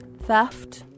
Theft